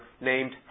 named